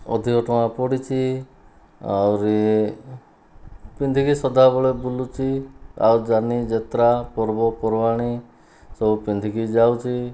ଅଧିକ ଟଙ୍କା ପଡ଼ିଛି ଆହୁରି ପିନ୍ଧିକି ସଦାବେଳେ ବୁଲୁଛି ଆଉ ଯାନିଯାତ୍ରା ପର୍ବପର୍ବାଣୀ ସବୁ ପିନ୍ଧିକି ଯାଉଛି